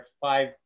five